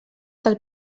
del